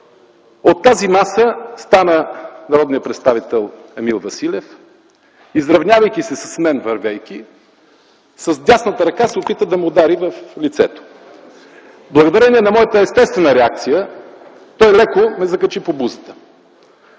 От тази маса стана народният представител Емил Василев, изравнявайки се с мен, вървейки, с дясната ръка се опита да ме удари в лицето. Благодарение на моята естествена реакция, той леко ме закачи по бузата.